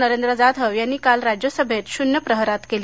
नरेंद्र जाधव यांनी काल राज्यसभेत शून्य प्रहरात केली